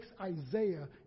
Isaiah